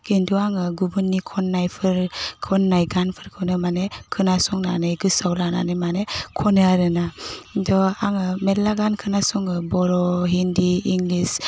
खिन्थु आङो गुबुनि खननायफोर खननाय गानफोरखौनो मानि खोनासंनानै गोसोआव लानानै माने खनो आरोना खिन्थु आङो मेरला गान खोनासङो बर' हिन्दी इंलिस